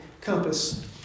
compass